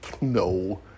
No